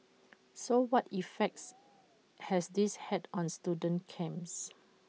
so what effects has this had on student camps